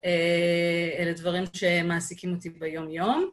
אלה דברים שמעסיקים אותי ביום יום.